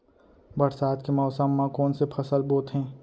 बरसात के मौसम मा कोन से फसल बोथे?